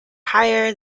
higher